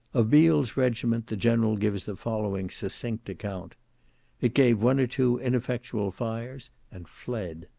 of beall's regiment, the general gives the following succinct account it gave one or two ineffectual fires and fled.